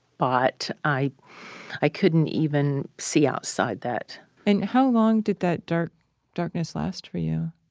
but i i couldn't even see outside that and how long did that darkness darkness last for you?